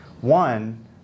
one